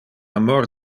amor